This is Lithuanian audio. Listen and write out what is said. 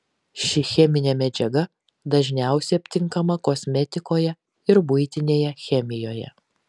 ši cheminė medžiaga dažniausiai aptinkama kosmetikoje ir buitinėje chemijoje